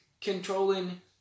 controlling